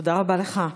תודה רבה לך.